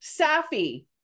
Safi